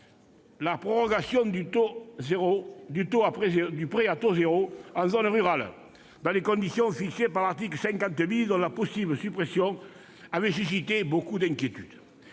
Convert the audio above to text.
la prorogation du prêt à taux zéro en zone rurale, dans les conditions fixées par l'article 50 , dont la possible suppression avait suscité de nombreuses inquiétudes.